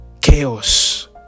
Chaos